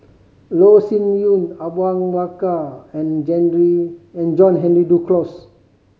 Loh Sin Yun Awang Bakar and and John Henry Duclos